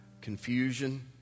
confusion